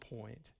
point